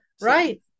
right